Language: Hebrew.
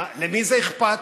למי זה אכפת?